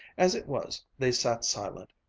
as it was, they sat silent,